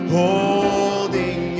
holding